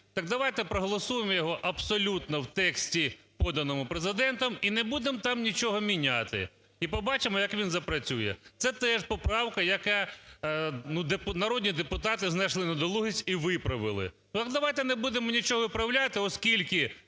так давайте проголосуємо його абсолютно в тексті, поданому Президентом, і не будемо там нічого міняти. І побачимо, як він запрацює. Це теж поправка, яка… народні депутати знайшли недолугість і виправили. Давайте не будемо нічого виправляти, оскільки